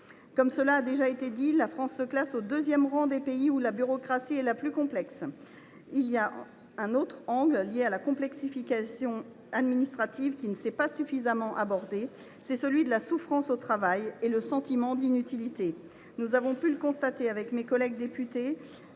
Comme cela a déjà été dit, la France se classe au deuxième rang des pays où la bureaucratie est la plus complexe. Il existe un autre angle lié à la complexification administrative qui n’est pas suffisamment abordé : il s’agit de la souffrance au travail et du sentiment d’inutilité. Nous avons pu le constater avec mes collègues députés,